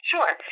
Sure